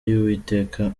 y’uwiteka